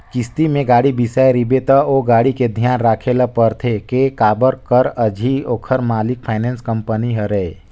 किस्ती में गाड़ी बिसाए रिबे त ओ गाड़ी के धियान राखे ल परथे के काबर कर अझी ओखर मालिक फाइनेंस कंपनी हरय